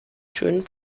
schönen